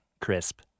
crisp